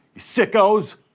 sickos!